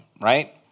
right